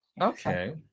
Okay